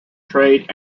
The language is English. trade